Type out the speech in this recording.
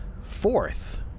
Fourth